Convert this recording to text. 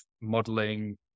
modeling